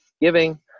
giving